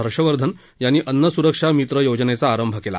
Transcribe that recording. हर्ष वर्धन यांनी अन्न सुरक्षा मित्र योजनेचा आरंभ केला